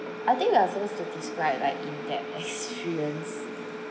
I think we are supposed to describe like in that experience